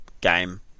game